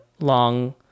long